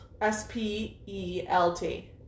S-P-E-L-T